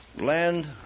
land